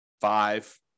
five